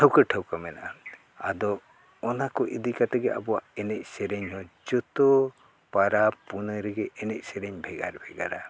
ᱴᱷᱟᱹᱣᱠᱟᱹ ᱴᱷᱟᱹᱣᱠᱟᱹ ᱢᱮᱱᱟᱜᱼᱟ ᱟᱫᱚ ᱚᱱᱟ ᱠᱚ ᱤᱫᱤ ᱠᱟᱛᱮ ᱜᱮ ᱟᱵᱚᱣᱟᱜ ᱮᱱᱮᱡ ᱥᱮᱨᱮᱧ ᱦᱚᱸ ᱡᱚᱛᱚ ᱯᱚᱨᱚ ᱯᱩᱱᱟᱹᱭ ᱨᱮᱜᱮ ᱮᱱᱮᱡ ᱥᱮᱨᱮᱧ ᱵᱷᱮᱜᱟᱨ ᱵᱷᱮᱜᱟᱨᱟ